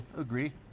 agree